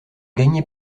gagner